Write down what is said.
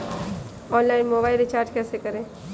Online mobile recharge कैसे करें?